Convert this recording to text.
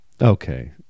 Okay